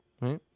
right